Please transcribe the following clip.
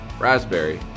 raspberry